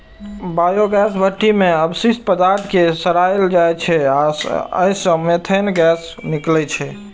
biogas भट्ठी मे अवशिष्ट पदार्थ कें सड़ाएल जाइ छै आ अय सं मीथेन गैस निकलै छै